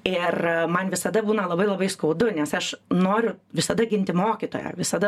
ir man visada būna labai labai skaudu nes aš noriu visada ginti mokytoją visada